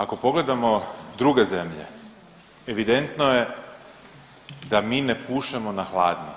Ako pogledamo druge zemlje evidentno je da mi ne pušemo na hladno